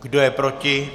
Kdo je proti?